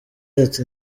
ati